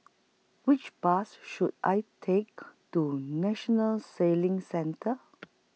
Which Bus should I Take to National Sailing Centre